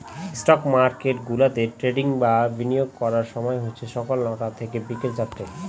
stock market গুলাতে trading বা বিনিয়োগ করার সময় হচ্ছে সকাল নটা থেকে বিকেল চারটে